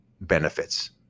benefits